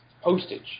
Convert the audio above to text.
postage